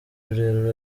rurerure